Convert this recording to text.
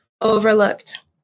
overlooked